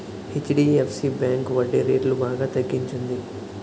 HDFC bank వడ్డీరేట్లు బాగా తగ్గించింది